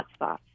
hotspots